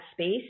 space